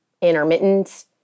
intermittent